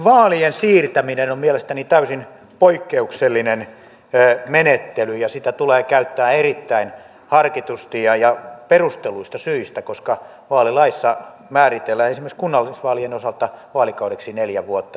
vaalien siirtäminen on mielestäni täysin poikkeuksellinen menettely ja sitä tulee käyttää erittäin harkitusti ja perustelluista syistä koska vaalilaissa määritellään esimerkiksi kunnallisvaalien osalta vaalikaudeksi neljä vuotta